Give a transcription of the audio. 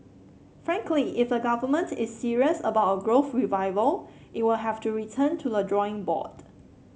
frankly if the government is serious about a growth revival it will have to return to the drawing board